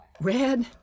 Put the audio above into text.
Red